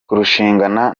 kurushingana